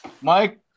Mike